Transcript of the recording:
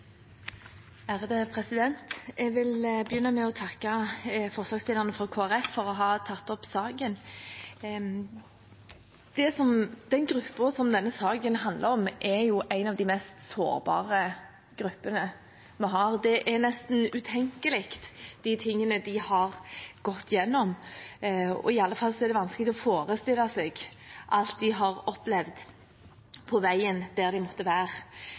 Jeg vil begynne med å takke forslagsstillerne fra Kristelig Folkeparti for å ha tatt opp saken. Den gruppen som denne saken handler om, er en av de mest sårbare gruppene vi har. Det som de har gått igjennom, er nesten utenkelig. Det er i alle fall vanskelig å forestille seg alt de har opplevd på veien til der de måtte være